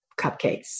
cupcakes